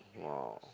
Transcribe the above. !wow!